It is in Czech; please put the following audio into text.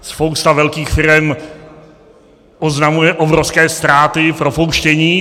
Spousta velkých firem oznamuje obrovské ztráty, propouštění.